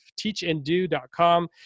teachanddo.com